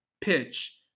Pitch